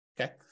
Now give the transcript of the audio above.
Okay